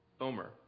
Omer